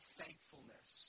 thankfulness